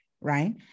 right